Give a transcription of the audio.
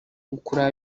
gukurura